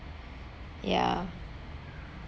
ya